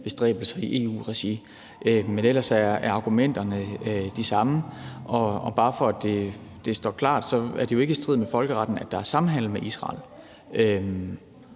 bestræbelser i EU-regi. Men ellers er argumenterne de samme. Og bare for at det skal stå klart, er det jo ikke i strid med folkeretten, at der er samhandel med Israel,